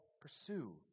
pursue